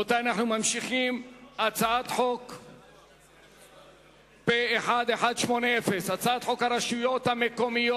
54 בעד, נגד, 1. אם כן,